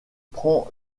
prend